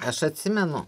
aš atsimenu